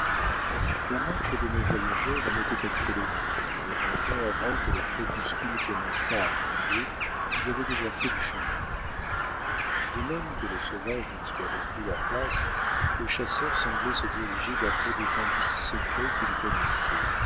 la marche de nos voyageurs en était accélérée et longtemps avant que le crépuscule commençât à tomber ils avaient déjà fait du chemin de même que le sauvage dont il avait pris la place le chasseur semblait se diriger d'après des indices secrets qu'il connaissait